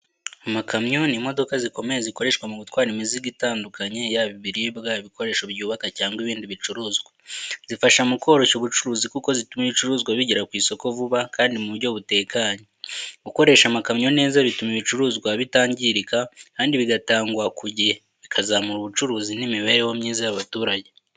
Amakamyo ni modoka zikomeye zikoreshwa mu gutwara imizigo itandukanye, yaba ibiribwa, ibikoresho byubaka, cyangwa ibindi bicuruzwa. Zifasha mu koroshya ubucuruzi kuko zituma ibicuruzwa bigera ku isoko vuba kandi mu buryo butekanye. Gukoresha amakamyo neza bituma ibicuruzwa bitangirika kandi bigatangwa ku gihe, bikazamura ubucuruzi n’imibereho myiza y’abaturage.